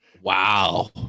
Wow